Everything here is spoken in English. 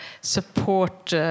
support